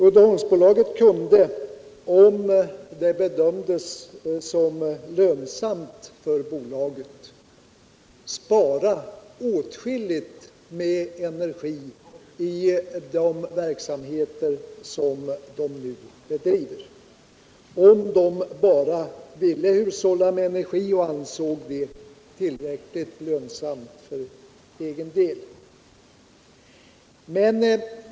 Uddeholmsbolaget skulle kunna spara åtskilligt med energi i de verksamheter som det nu bedriver — om det bara ville hushålla med energi och ansåg det tillräckligt lönsamt för egen del.